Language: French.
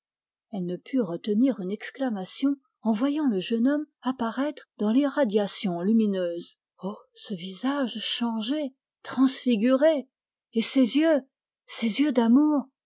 elle ne put retenir une exclamation en voyant le jeune homme apparaître dans l'irradiation lumineuse oh ce visage changé transfiguré et ces yeux ces yeux d'amour